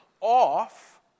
off